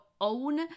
own